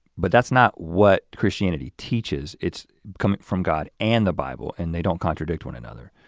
but that's not what christianity teaches. it's coming from god and the bible and they don't contradict one another.